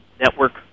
network